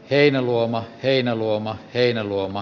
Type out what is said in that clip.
heinäluoma heinäluoma heinäluoma